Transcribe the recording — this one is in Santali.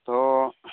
ᱛᱳ